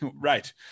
Right